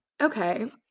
okay